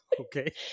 Okay